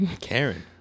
Karen